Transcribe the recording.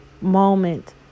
moment